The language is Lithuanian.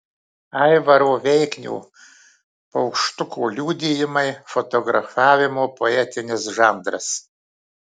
aivaro veiknio paukštuko liudijimai fotografavimo poetinis žanras